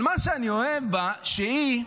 אבל מה שאני אוהב בה, שהיא,